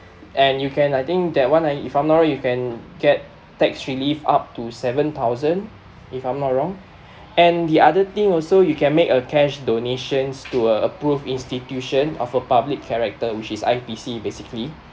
and you can I think that one I if I'm not wrong you can get tax relief up to seven thousand if I'm not wrong and the other thing also you can make a cash donations to a approved institution of a public character which is I_P_C basically